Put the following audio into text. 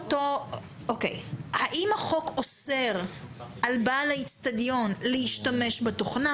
האם החוק אוסר על בעל האצטדיון להשתמש בתוכנה?